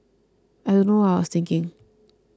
I don't know what I was thinking